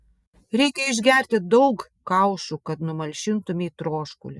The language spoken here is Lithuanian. reikia išgerti daug kaušų kad numalšintumei troškulį